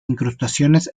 incrustaciones